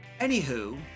Anywho